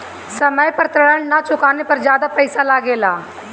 समय पर ऋण ना चुकाने पर ज्यादा पईसा लगेला?